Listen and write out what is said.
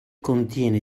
contiene